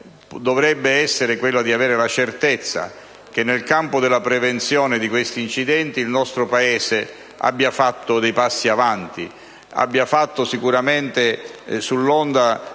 dovrebbe essere quello di avere la certezza, che nel campo della prevenzione di questi incidenti, il nostro Paese abbia fatto dei passi avanti; che, sull'onda